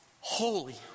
holy